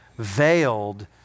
veiled